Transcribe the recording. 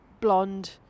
blonde